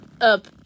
up